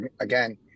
again